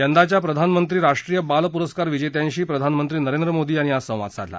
यंदाच्या प्रधानमंत्री राष्ट्रीय बाल पुरस्कार विजेत्यांशी प्रधानमंत्री नरेंद्र मोदी यांनी आज संवाद साधला